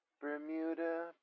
Bermuda